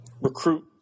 recruit